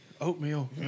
Oatmeal